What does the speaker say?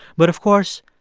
but, of course,